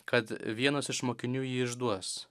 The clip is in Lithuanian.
kad vienas iš mokinių jį išduos